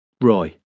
Roy